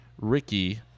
Ricky